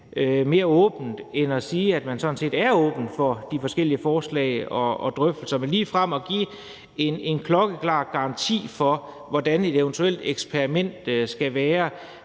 mere åben end at sige, at man sådan set er åben for de forskellige forslag og drøftelser. Men ligefrem at give en klokkeklar garanti her fra talerstolen for, hvordan et eventuelt eksperiment skal være,